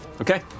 Okay